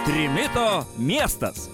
trimito miestas